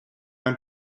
ein